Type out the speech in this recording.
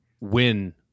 win